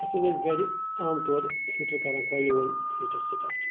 أسۍ حظ ٲسۍ گرِ عام طور ہیٖٹر کران کۄیلہٕ وۄیلہٕ ہیٖٹر سٔٹاٹ